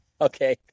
Okay